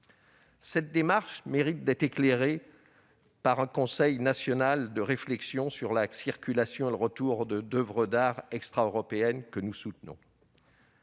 Cette démarche mérite d'être éclairée par un conseil national de réflexion sur la circulation et le retour d'oeuvres d'art extra-européennes. Les précédents